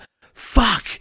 Fuck